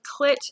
clit